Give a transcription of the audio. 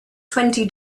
twenty